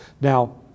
Now